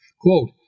Quote